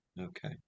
okay